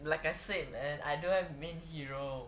like I said and I do not have main hero